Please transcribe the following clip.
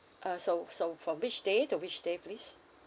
uh so so from which day to which day please